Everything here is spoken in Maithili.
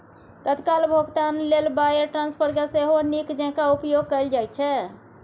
तत्काल भोगतान लेल वायर ट्रांस्फरकेँ सेहो नीक जेंका उपयोग कैल जाइत छै